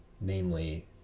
namely